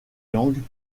langues